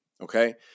Okay